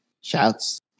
shouts